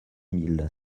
mille